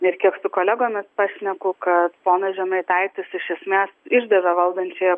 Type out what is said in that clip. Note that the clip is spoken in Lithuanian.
ir kiek su kolegomis pašneku kad ponas žemaitaitis iš esmės išdavė valdančiąją